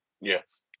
Yes